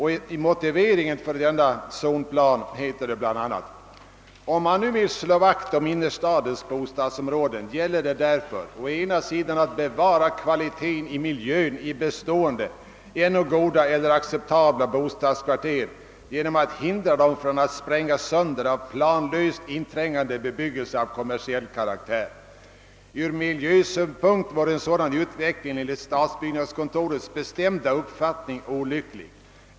I motiveringen för denna zonplan heter det bl.a.: »Om man nu vill slå vakt om innerstadens bo stadsområden gäller det därför å ena sidan att bevara kvaliteten i miljön i bestående, ännu goda eller acceptabla bostadskvarter genom att hindra dem från att sprängas sönder av planlöst inträngande bebyggelse av kommersiell karaktär. Ur miljösynpunkt vore en sådan utveckling enligt stadsbyggnadskontorets bestämda uppfattning olycklig.